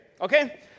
okay